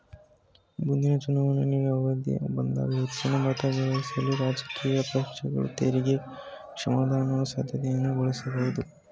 ಮುಂದಿನ ಚುನಾವಣೆಯ ಅವಧಿ ಬಂದಾಗ ಹೆಚ್ಚಿನ ಮತಗಳನ್ನಗಳಿಸಲು ರಾಜಕೀಯ ಪಕ್ಷಗಳು ತೆರಿಗೆ ಕ್ಷಮಾದಾನದ ಸಾಧ್ಯತೆಯನ್ನ ಬಳಸಬಹುದು